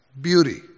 Beauty